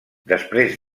després